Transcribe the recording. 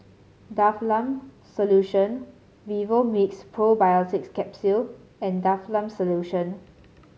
Difflam Solution Vivomixx Probiotics Capsule and Difflam Solution